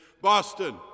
Boston